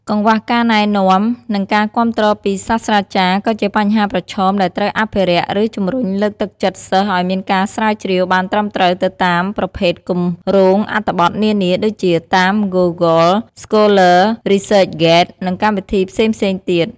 កង្វះការណែនាំ និងការគាំទ្រពីសាស្ត្រាចារ្យក៏ជាបញ្ហាប្រឈមដែលត្រូវអភិរក្សឫជំរុញលើកទឹកចិត្តសិស្សឱ្យមានការស្រាវជ្រាវបានត្រឹមត្រូវទៅតាមប្រភេទកម្រោងអត្ថបទនានា ដូចជាតាម ហ្គូហ្គល ស្កូល័រ (Google Scholar) រីស៊ឺចហ្គេត (ResearchGate) និងកម្មវិធីផ្សេងៗទៀត។